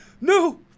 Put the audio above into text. no